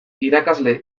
irakasle